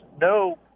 no